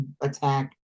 attack